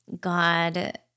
God